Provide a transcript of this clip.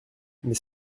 mais